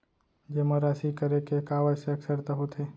जेमा राशि करे के का आवश्यक शर्त होथे?